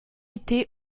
été